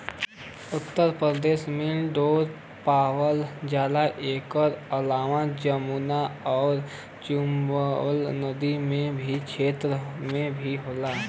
उत्तर प्रदेश में ढेर पावल जाला एकर अलावा जमुना आउर चम्बल नदी वाला क्षेत्र में भी होला